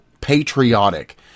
patriotic